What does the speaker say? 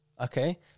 Okay